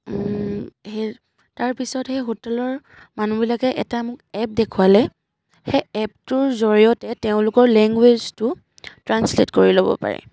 সেই তাৰপিছত সেই হোটেলৰ মানুহবিলাকে এটা মোক এপ দেখুৱালে সেই এপটোৰ জৰিয়তে তেওঁলোকৰ লেংগুৱেজটো ট্ৰাঞ্চলেট কৰি ল'ব পাৰি